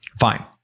fine